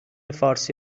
فارسی